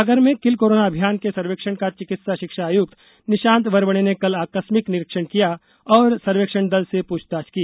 सागर में kill corona अभियान के सर्वेक्षण का चिकित्सा शिक्षा आयुक्त निशांत वरबड़े ने कल आकस्मिक निरीक्षण किया और सर्वेक्षण दल से पूछताछ की